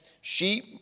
sheep